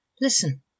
Listen